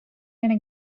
gonna